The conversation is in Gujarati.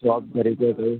જોબ તરીકે કોઈ